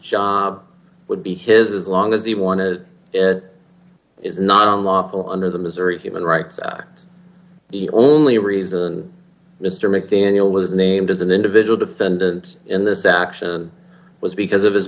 job would be his as long as he wanted it is not unlawful under the missouri human rights act the only reason mr mcdaniel was named as an individual defendant in this action was because of his